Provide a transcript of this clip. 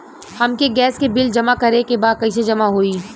हमके गैस के बिल जमा करे के बा कैसे जमा होई?